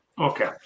Okay